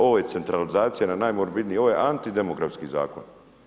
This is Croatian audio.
Ovo je centralizacija na najmorbidniji, ovo je antidemografski zakon.